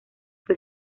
fue